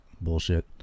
bullshit